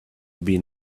been